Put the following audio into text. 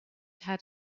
had